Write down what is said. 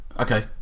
okay